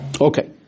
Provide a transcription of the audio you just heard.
Okay